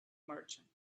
merchant